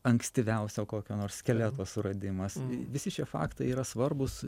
ankstyviausio kokio nors skeleto suradimas visi šie faktai yra svarbūs